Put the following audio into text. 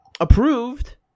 approved